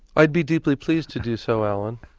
i'd be deeply pleased to do so, alan.